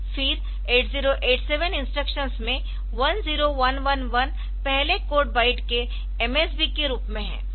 फिर 8087 इंस्ट्रक्शंस में 10111 पहले कोड बाइट के MSB के रूप में है